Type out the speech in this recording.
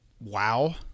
wow